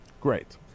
Great